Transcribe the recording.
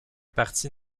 parti